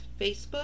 Facebook